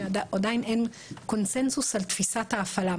שעדיין אין קונצנזוס על תפיסת ההפעלה,